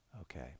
Okay